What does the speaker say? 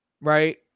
right